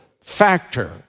factor